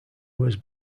was